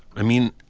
i mean,